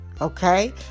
okay